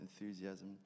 enthusiasm